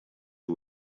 who